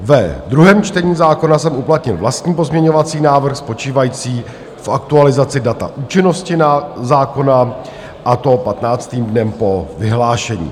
Ve druhém čtení zákona jsem uplatnil vlastní pozměňovací návrh spočívající v aktualizaci data účinnosti zákona, a to patnáctým dnem po vyhlášení.